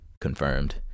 confirmed